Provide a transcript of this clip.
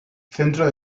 centro